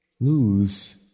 lose